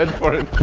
and for it